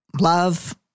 Love